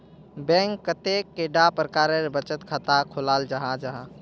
Bank कतेक कैडा प्रकारेर बचत खाता खोलाल जाहा जाहा?